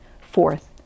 Fourth